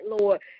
Lord